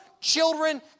children